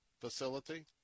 facility